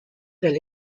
del